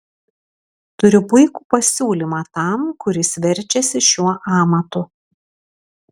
turiu puikų pasiūlymą tam kuris verčiasi šiuo amatu